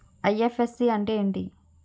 IFSC అంటే ఏమిటి?